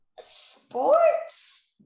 Sports